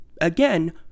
again